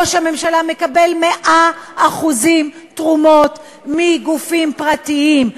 ראש הממשלה מקבל 100% תרומות מגופים פרטיים,